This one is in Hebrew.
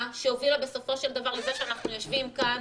שהובילה בסופו של דבר לזה שאנחנו יושבים כאן